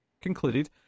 concluded